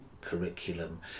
curriculum